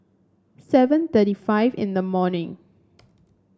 seven thirty five in the morning